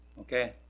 Okay